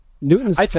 Newton's